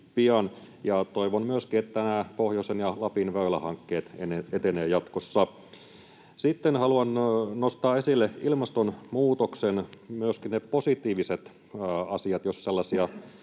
toivon myöskin, että nämä pohjoisen ja Lapin väylähankkeet etenevät jatkossa. Sitten haluan nostaa esille myöskin ne ilmastonmuutoksen positiiviset asiat, jos sellaisia